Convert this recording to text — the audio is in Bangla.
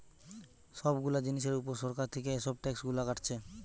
সব গুলা জিনিসের উপর সরকার থিকে এসব ট্যাক্স গুলা কাটছে